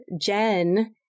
Jen